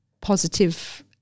positive